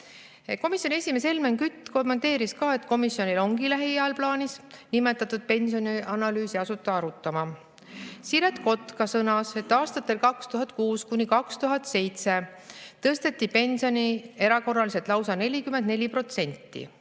meede. Komisjoni esimees Helmen Kütt kommenteeris, et komisjonil ongi lähiajal plaanis nimetatud pensionianalüüsi asuda arutama. Siret Kotka sõnas, et aastatel 2006–2007 tõsteti pensione erakorraliselt lausa 44%.